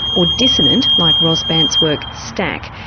or dissonant like ros bandt's work stack,